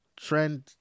Trend